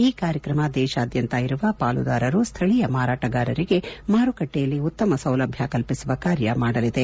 ಈ ಕಾರ್ಯಕ್ರಮ ದೇಶಾದ್ಯಂತ ಇರುವ ಪಾಲುದಾರರು ಸ್ಥಳೀಯ ಮಾರಾಟಗಾರರಿಗೆ ಮಾರುಕಟ್ಸೆಯಲ್ಲಿ ಉತ್ತಮ ಸೌಲಭ್ಯ ಕಲ್ವಿಸುವ ಕಾರ್ಯ ಮಾಡಲಿದೆ